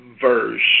verse